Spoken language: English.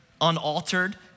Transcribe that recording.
unaltered